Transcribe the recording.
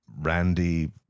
Randy